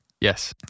Yes